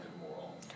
moral